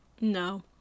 no